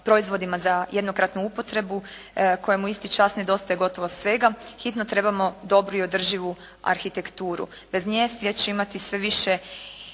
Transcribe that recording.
proizvodima za jednokratnu upotrebu kojemu isti čas nedostaje gotovo svega, hitno trebamo dobru i održivu arhitekturu, bez nje svijet će imati sve više